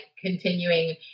continuing